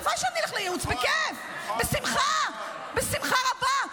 הלוואי שאני אלך לייעוץ, בכיף, בשמחה, בשמחה רבה.